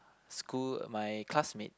school my classmate